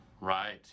Right